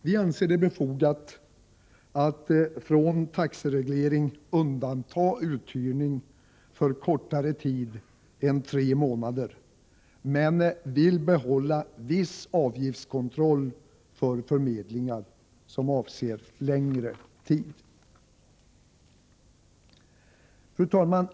Vi anser det befogat att från taxereglering undanta uthyrning för kortare tid än tre månader men vill behålla viss avgiftskontroll för förmedlingar som avser längre tid. Fru talman!